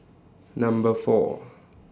Number four